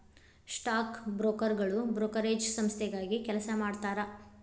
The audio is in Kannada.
ಸ್ಟಾಕ್ ಬ್ರೋಕರ್ಗಳು ಬ್ರೋಕರೇಜ್ ಸಂಸ್ಥೆಗಾಗಿ ಕೆಲಸ ಮಾಡತಾರಾ